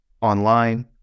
online